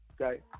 okay